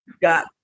got